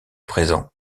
présent